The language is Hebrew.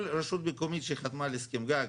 כל רשת מקומית שחתמה על הסכם גג,